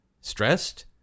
stressed